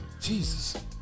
Jesus